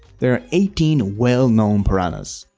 there are eighteen well-known puranas.